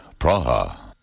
Praha